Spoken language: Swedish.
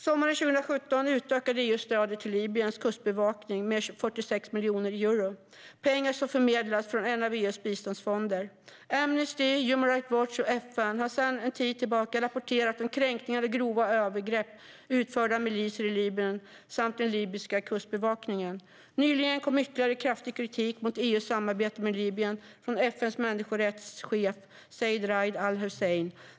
Sommaren 2017 utökade EU stödet till Libyens kustbevakning med 46 miljoner euro. Det är pengar som förmedlades från en av EU:s biståndsfonder. Amnesty, Human Rights Watch och FN har sedan en tid tillbaka rapporterat om kränkningar och grova övergrepp utförda av miliser i Libyen samt den libyska kustbevakningen. Nyligen kom ytterligare kraftig kritik mot EU:s samarbete med Libyen från FN:s männniskorättschef Zeid Raad al-Hussein.